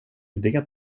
det